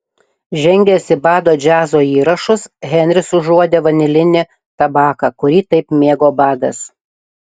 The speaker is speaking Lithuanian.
žengęs į bado džiazo įrašus henris užuodė vanilinį tabaką kurį taip mėgo badas